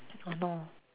don't know